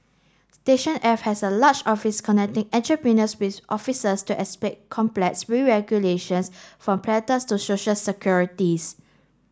station F has a large office connecting entrepreneurs with officers to explain complex from patents to social securities